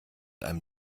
einem